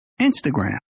Instagram